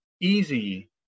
easy